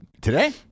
Today